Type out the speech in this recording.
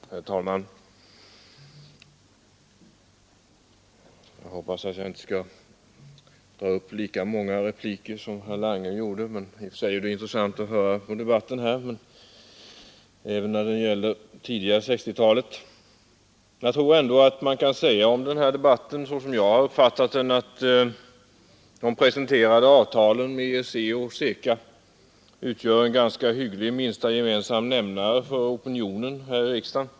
Herr talman! Jag hoppas att jag inte skall locka till lika många repliker som herr Lange gjorde. Om den här debatten, såsom jag uppfattat den, kan väl ändå sägas att de presenterade avtalen med EEC och CECA utgör en ganska hygglig minsta gemensam nämnare för opinionen här i riksdagen.